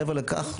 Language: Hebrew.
מעבר לכך,